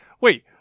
wait